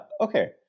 Okay